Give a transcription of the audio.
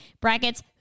Brackets